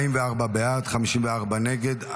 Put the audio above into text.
44 בעד, 54 נגד.